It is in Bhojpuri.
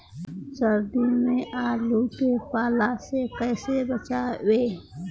सर्दी में आलू के पाला से कैसे बचावें?